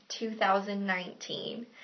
2019